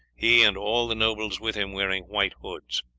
he and all the nobles with him wearing white hoods.